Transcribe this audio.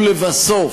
ולבסוף,